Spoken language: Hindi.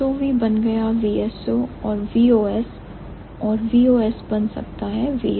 SOV बन गया VSO और VOS और VOS बन सकता है VSO